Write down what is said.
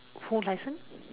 whole license